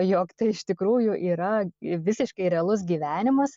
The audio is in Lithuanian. jog tai iš tikrųjų yra visiškai realus gyvenimas